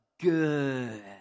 good